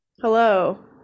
Hello